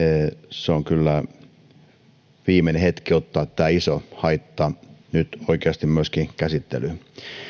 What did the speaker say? se on kyllä viimeinen hetki ottaa tämä iso haitta nyt oikeasti myöskin käsittelyyn